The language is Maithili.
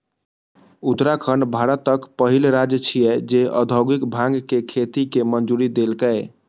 उत्तराखंड भारतक पहिल राज्य छियै, जे औद्योगिक भांग के खेती के मंजूरी देलकै